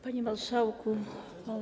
Panie Marszałku!